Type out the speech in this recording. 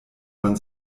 man